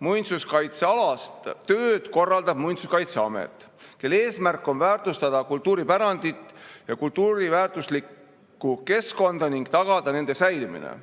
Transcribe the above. Muinsuskaitsealast tööd korraldab Muinsuskaitseamet, kelle eesmärk on väärtustada kultuuripärandit ja kultuuriväärtuslikku keskkonda ning tagada nende säilimine.